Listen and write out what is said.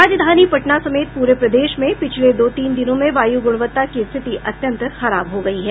राजधानी पटना समेत पूरे प्रदेश में पिछले दो तीन दिनों में वायु गुणवत्ता की स्थिति अत्यंत खराब हो गयी है